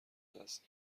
دست